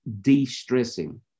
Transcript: de-stressing